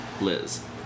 Liz